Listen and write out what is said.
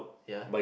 ya